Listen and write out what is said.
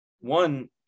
one